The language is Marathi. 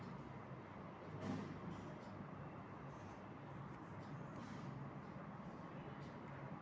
रेशीम कापड उद्योगासाठी रेशीम शेती विज्ञानाचे खूप विशेष महत्त्व आहे